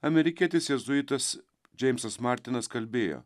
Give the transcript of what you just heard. amerikietis jėzuitas džeimsas martinas kalbėjo